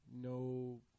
no